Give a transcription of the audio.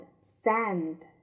sand